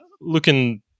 looking